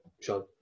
Sean